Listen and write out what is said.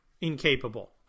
incapable